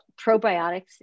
probiotics